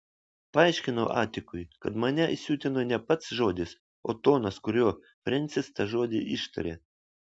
paaiškinau atikui kad mane įsiutino ne pats žodis o tonas kuriuo frensis tą žodį ištarė